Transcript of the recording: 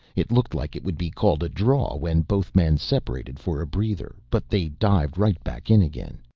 it looked like it would be called a draw when both men separated for a breather, but they dived right back in again.